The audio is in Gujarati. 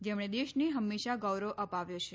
જેમણે દેશને હંમેશાં ગૌરવ અપાવ્યો છે